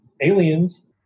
Aliens